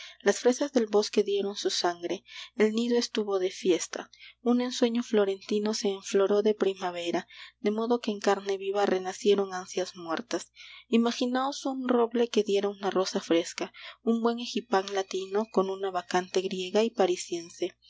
las fresas del bosque dieron su sangre el nido estuvo de fiesta un ensueño florentino se enfloró de primavera de modo que en carne viva renacieron ansias muertas imagináos un roble que diera una rosa fresca un buen egipán latino con una bacante griega y